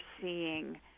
seeing